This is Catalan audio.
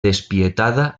despietada